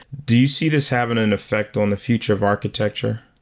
do you see this having an effect on the future of architecture?